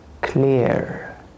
clear